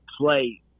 play